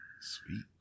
Sweet